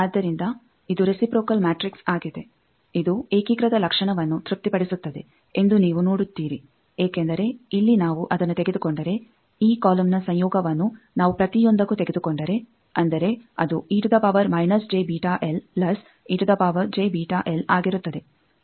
ಆದ್ದರಿಂದ ಇದು reciprocal matrix ಆಗಿದೆ ಇದು ಏಕೀಕೃತ ಲಕ್ಷಣವನ್ನು ತೃಪ್ತಿಪಡಿಸುತ್ತದೆ ಎಂದು ನೀವು ನೋಡುತ್ತೀರಿ ಏಕೆಂದರೆ ಇಲ್ಲಿ ನಾವು ಅದನ್ನು ತೆಗೆದುಕೊಂಡರೆ ಈ ಕಾಲಮ್ನ ಸಂಯೋಗವನ್ನು ನಾವು ಪ್ರತೀಯೊಂದಕ್ಕೂ ತೆಗೆದುಕೊಂಡರೆ ಅಂದರೆ ಅದು ಆಗಿರುತ್ತದೆ ಅದು 1ಕ್ಕೆ ಸಮನಾಗಿರುತ್ತದೆ